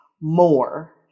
more